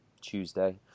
Tuesday